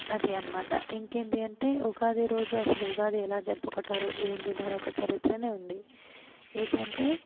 అది అనమాట ఇంకేంది అంటే ఉగాది రోజు అసలు ఉగాది ఎలా జరుపుకుంటారు ఏంది దాని యొక్క చరిత్రనే ఏంది అంటే